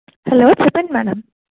hello చెప్పండి madam